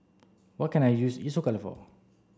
what can I use Isocal for